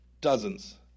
dozens